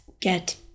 get